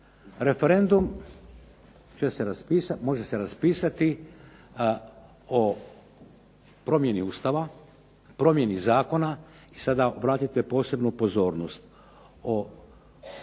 "Referendum se može raspisati o promjeni Ustava, promjeni zakona ..." i sada obratite posebnu pozornost